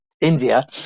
india